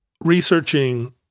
researching